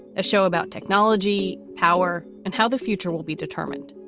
a show about technology, power and how the future will be determined.